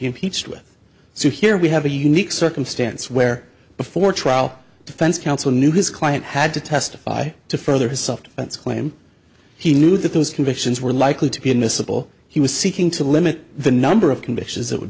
impeached with so here we have a unique circumstance where before trial defense counsel knew his client had to testify to further his soft that's when he knew that those convictions were likely to be admissible he was seeking to limit the number of convictions that would